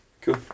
Cool